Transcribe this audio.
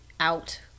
out